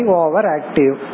overactive